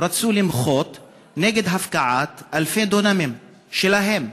רצו למחות על הפקעת אלפי דונמים שלהם.